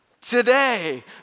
Today